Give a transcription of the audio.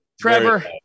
Trevor